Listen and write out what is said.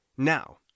Now